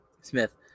Smith